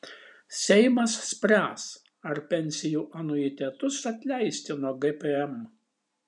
seimas spręs ar pensijų anuitetus atleisti nuo gpm